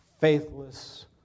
faithless